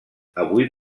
avui